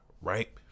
right